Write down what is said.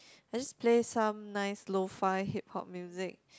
I just play some nice lo-fi Hip-Hop music